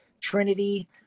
Trinity